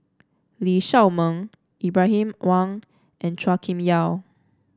Lee Shao Meng Ibrahim Awang and Chua Kim Yeow